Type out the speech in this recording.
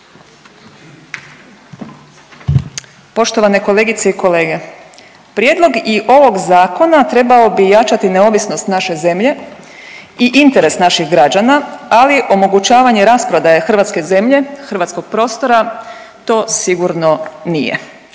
Poštovane kolegice i kolege. Prijedlog i ovog zakona trebao bi jačati neovisnost naše zemlje i interes naših građana, ali omogućavanje rasprodaje hrvatske zemlje, hrvatskog prostora to sigurno nije.